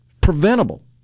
preventable